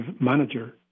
manager